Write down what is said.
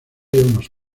unos